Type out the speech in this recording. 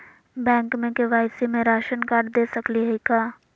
Bank में KYC में ration card दे सकली हई का?